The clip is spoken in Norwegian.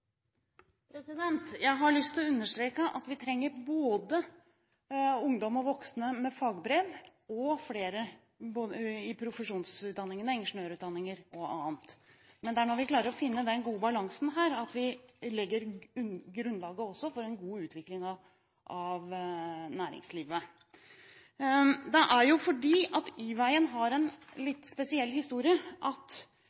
Jeg har lyst til å understreke at vi trenger både ungdom og voksne med fagbrev og flere i profesjonsutdanningene, ingeniørutdanningene og annet. Men det er når vi klarer å finne den gode balansen at vi også legger grunnlaget for en god utvikling av næringslivet. Det er fordi Y-veien har en litt